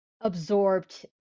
absorbed